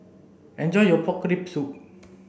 enjoy your pork rib soup